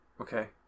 Okay